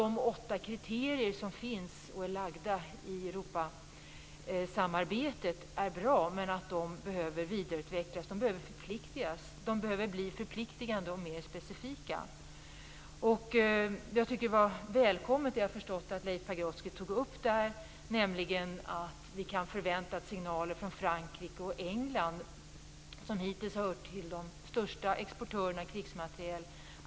De åtta kriterier som är fastlagda i Europasamarbetet är bra, men de behöver vidareutvecklas så att de blir förpliktande och mer specifika. Jag tycker att det var välkommet. Jag har förstått att Leif Pagrotsky tog upp frågan. Vi kan förvänta oss signaler från Frankrike och England, som hittills har hört till de största exportörerna av krigsmateriel.